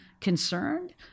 concerned